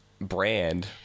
brand